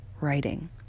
writing